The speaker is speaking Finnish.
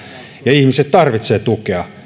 ja ihmiset tarvitsevat tukea